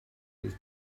fydd